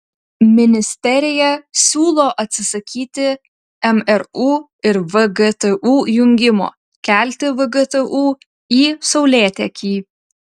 ministerija siūlo atsisakyti mru ir vgtu jungimo kelti vgtu į saulėtekį